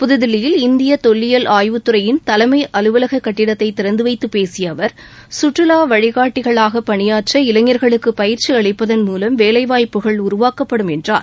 புத்தில்லியில் இந்திய தொல்லியல் ஆய்வுத்துறையின் தலைமை அலுவலக கட்டடத்தை திறந்து வைத்து பேசிய அவர் சுற்றுவா வழிக்காட்டிகளாக பணியாற்ற இளைஞர்களுக்கு பயிற்சி அளிப்பதன் மூலம் வேலைவாய்ப்புகள் உருவாக்கப்படும் என்றார்